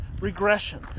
regression